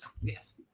Yes